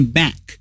back